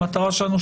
המטרה שלנו,